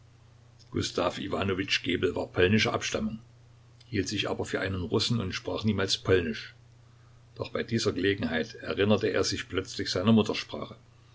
gustav iwanowitsch gebel war polnischer abstammung hielt sich aber für einen russen und sprach niemals polnisch doch bei dieser gelegenheit erinnerte er sich plötzlich seiner muttersprache